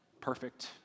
perfect